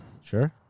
Sure